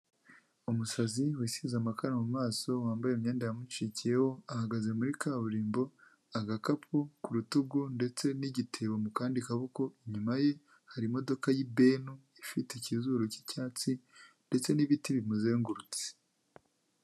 Umusazi wisize amakara mu maso wambaye imyenda yamucikiyeho ahagaze muri kaburimbo agakapu ku rutugu ndetse n'igitebo mu kandi kaboko, inyuma ye hari imodoka y'ibeni ifite ikizuru cy'icyatsi ndetse n'ibiti bimuzengurutse.